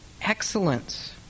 Excellence